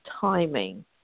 timing